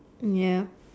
ya